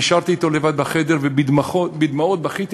נשארתי אתו לבד בחדר ובדמעות בכיתי,